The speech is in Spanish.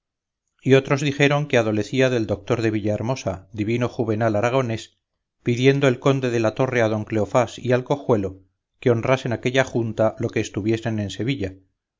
y otros dijeron que adolecía del doctor de villahermosa divino juvenal aragonés pidiendo el conde de la torre a don cleofás y al cojuelo que honrasen aquella junta lo que estuviesen en sevilla